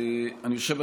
אני חושב,